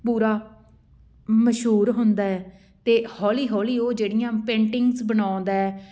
ਪੂਰਾ ਮਸ਼ਹੂਰ ਹੁੰਦਾ ਅਤੇ ਹੌਲੀ ਹੌਲੀ ਉਹ ਜਿਹੜੀਆਂ ਪੇਂਟਿੰਗਸ ਬਣਾਉਂਦਾ